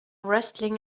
wrestling